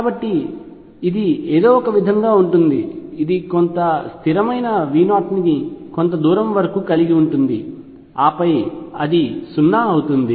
కాబట్టి ఇది ఏదో ఒకవిధంగా ఉంటుంది ఇది కొంత స్థిరమైన V0 ని కొంత దూరం వరకు కలిగి ఉంటుంది ఆపై అది 0 అవుతుంది